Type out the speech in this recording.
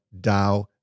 DAO